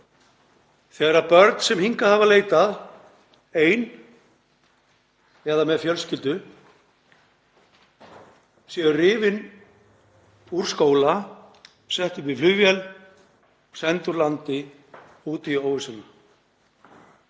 þegar börn sem hingað hafa leitað ein eða með fjölskyldu eru rifin úr skóla, sett upp í flugvél og send úr landi út í